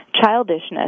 childishness